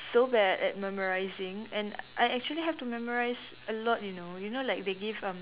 so bad at memorising and I actually have to memorise a lot you know you know like they give um